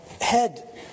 head